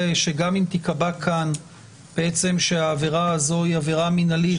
שגם אם תיקבע כאן בעצם שהעבירה הזו היא עבירה מינהלית,